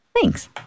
Thanks